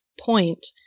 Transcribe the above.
point